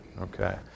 Okay